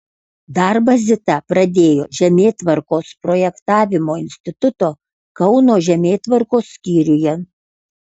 darbą zita pradėjo žemėtvarkos projektavimo instituto kauno žemėtvarkos skyriuje